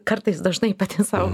kartais dažnai pati sau